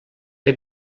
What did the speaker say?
que